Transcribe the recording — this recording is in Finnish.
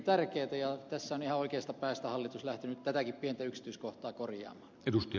tässä on ihan oikeasta päästä hallitus lähtenyt tätäkin pientä yksityiskohtaa korjaamaan